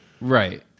Right